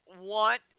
want